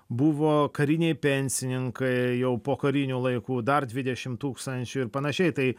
buvo kariniai pensininkai jau pokarinių laikų dar dvidešimt tūkstančių ir panašiai tai